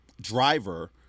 driver